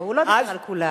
לא, הוא לא דיבר על כולם.